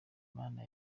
imana